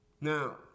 Now